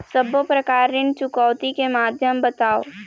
सब्बो प्रकार ऋण चुकौती के माध्यम बताव?